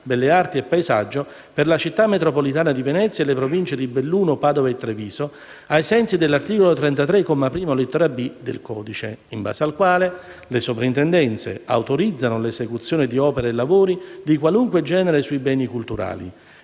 belle arti e paesaggio per la città metropolitana di Venezia e le Province di Belluno, Padova e Treviso, ai sensi dell'articolo 33, comma 1, lettera *b)*, del codice; in base al quale le Soprintendenze «autorizzano l'esecuzione di opere e lavori di qualunque genere sui beni cultural»,